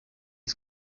des